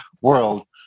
world